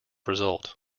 result